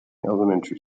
elementary